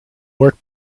work